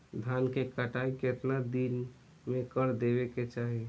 धान क कटाई केतना दिन में कर देवें कि चाही?